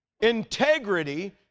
Integrity